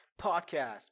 podcast